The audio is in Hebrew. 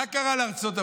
מה קרה לארצות הברית?